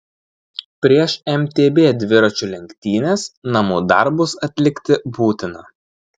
prieš mtb dviračių lenktynes namų darbus atlikti būtina